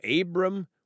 Abram